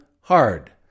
hard